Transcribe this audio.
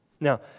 Now